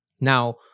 Now